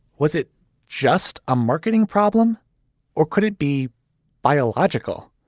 was it just a marketing problem or could it be biological?